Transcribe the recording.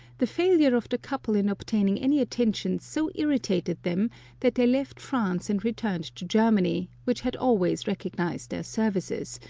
the failure of the couple in obtaining any attention so irritated them that they left france and returned to germany, which had always recognised their services,